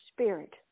spirit